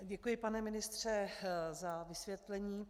Děkuji, pane ministře, za vysvětlení.